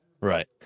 Right